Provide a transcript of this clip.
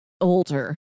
older